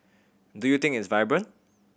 do you think it's vibrant